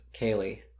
Kaylee